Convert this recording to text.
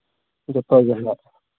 ᱡᱚᱛᱚ ᱜᱮ ᱦᱮᱱᱟᱜ